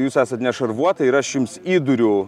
jūs esat nešarvuota ir aš jums įduriu